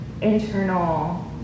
internal